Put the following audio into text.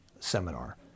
seminar